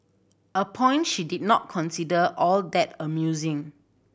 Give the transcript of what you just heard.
a point she did not consider all that amusing